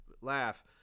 laugh